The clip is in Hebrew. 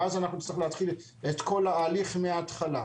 ואז אנחנו נצטרך להתחיל את כל ההליך מהתחלה.